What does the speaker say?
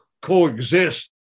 coexist